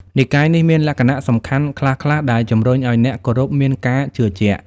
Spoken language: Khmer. និកាយនេះមានលក្ខណៈសំខាន់ខ្លះៗដែលជំរុញឲ្យអ្នកគោរពមានការជឿជាក់។